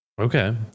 Okay